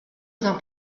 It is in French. bien